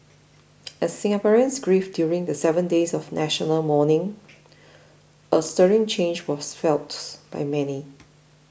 as Singaporeans grieved during the seven days of national mourning a stirring change was felt by many